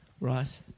Right